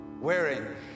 wearing